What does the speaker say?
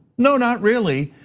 no, not really.